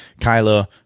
Kylo